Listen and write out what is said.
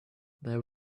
there